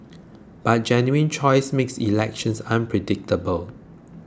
but genuine choice makes elections unpredictable